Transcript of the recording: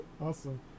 awesome